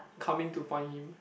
coming to find him